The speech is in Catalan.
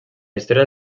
història